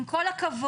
עם כל הכבוד,